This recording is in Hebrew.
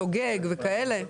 שוגג וכאלה.